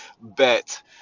bet